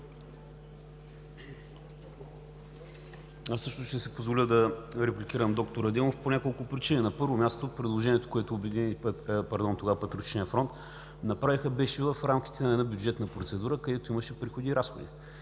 Аз също ще си позволя да репликирам д-р Адемов по няколко причини. На първо място, предложението, което обяви тогава Патриотичният фронт, на практика беше в рамките на една бюджетна процедура, където имаше приходи и разходи.